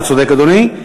אתה צודק, אדוני.